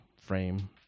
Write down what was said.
frame